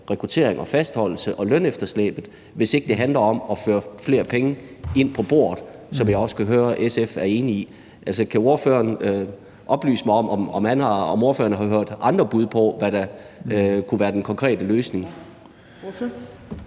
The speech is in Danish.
rekruttering og fastholdelse og lønefterslæbet, hvis det ikke handler om at føre flere penge ind på bordet, som jeg også kan høre at SF er enig i. Kan ordføreren oplyse mig om, om ordføreren har hørt andre bud på, hvad der kunne være den konkrete løsning?